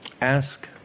Ask